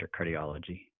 cardiology